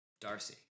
Darcy